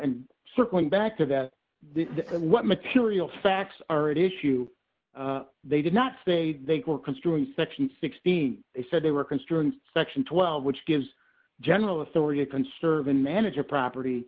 and circling back to that what material facts are at issue they did not say they were construing section sixteen they said they were concerned section twelve which gives general authority to conserve and manager property